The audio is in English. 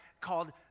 called